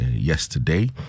yesterday